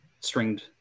stringed